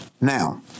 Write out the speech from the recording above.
Now